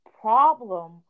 problem